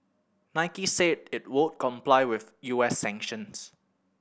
Nike said it would comply with U S sanctions